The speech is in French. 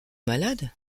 malade